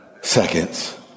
seconds